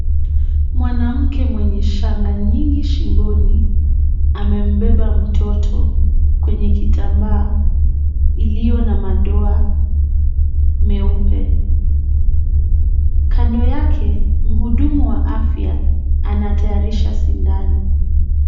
Mwanamke mwenye shanga nyingi shingoni amembeba mtoto kwenye kitambaa iliyonamadoa meupe, kando yake muhudumu wa afya anatayarisha sindano.